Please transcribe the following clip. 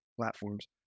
platforms